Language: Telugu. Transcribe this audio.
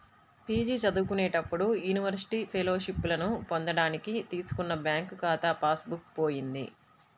పీ.జీ చదువుకునేటప్పుడు యూనివర్సిటీ ఫెలోషిప్పులను పొందడానికి తీసుకున్న బ్యాంకు ఖాతా పాస్ బుక్ పోయింది